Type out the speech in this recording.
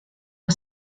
are